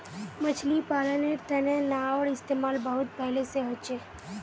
मछली पालानेर तने नाओर इस्तेमाल बहुत पहले से होचे